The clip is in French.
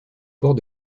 port